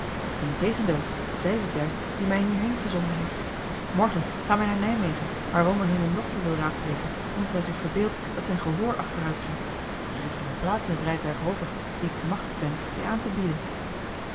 integendeel zij is t juist die mij hierheen gezonden heeft morgen gaan wij naar nijmegen waar wandelheem een dokter wil raadplegen omdat hij zich verbeeldt dat zijn gehoor achteruit gaat er is nog een plaats in het rijtuig over die ik gemachtigd ben je aantebieden